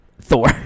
Thor